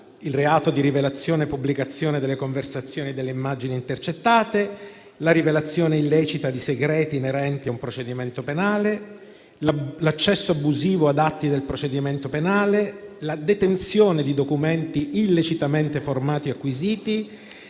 il reato di rivelazione e pubblicazione delle conversazioni e delle immagini intercettate; di rivelazione illecita di segreti inerenti a un procedimento penale; di accesso abusivo ad atti del procedimento penale; di detenzione di documenti illecitamente formati o acquisiti;